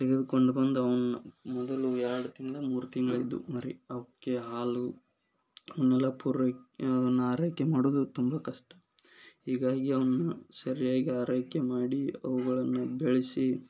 ತೆಗೆದುಕೊಂಡು ಬಂದು ಅವನ್ನ ಮೊದಲು ಎರಡರಿಂದ ಮೂರು ತಿಂಗ್ಳದ್ದು ಮರಿ ಅವಕ್ಕೆ ಹಾಲು ಅದನ್ನೆಲ್ಲ ಪೂರೈ ಅದನ್ನು ಆರೈಕೆ ಮಾಡುವುದು ತುಂಬ ಕಷ್ಟ ಈಗ ಈ ಅವನ್ನ ಸರಿಯಾಗಿ ಆರೈಕೆ ಮಾಡಿ ಅವುಗಳನ್ನು ಬೆಳೆಸಿ